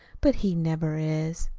but he never is.